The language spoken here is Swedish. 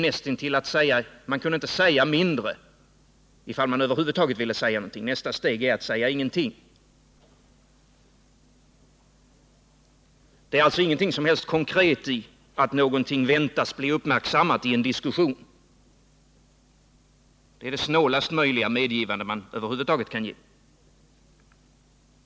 Man kan inte säga mindre, om man över huvud taget vill säga någonting. Nästa steg är att inte säga något alls. Det finns ingenting som helst konkret i att påstå att någonting väntas bli uppmärksammat i en diskussion. Det är det snålast möjliga medgivande man över huvud taget kan göra.